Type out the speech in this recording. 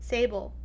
Sable